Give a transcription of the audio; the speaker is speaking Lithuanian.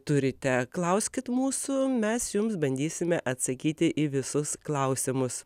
turite klauskit mūsų mes jums bandysime atsakyti į visus klausimus